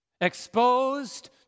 exposed